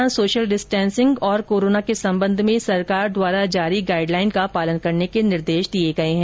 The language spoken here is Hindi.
इस दौरान सोशल डिस्टेंसिंग और कोरोना के संबंध में सरकार द्वारा जारी गाईडलाईन का पालन करने के भी निर्देश दिये गये है